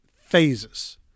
phases